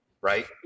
right